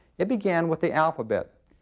it began with the alphabet.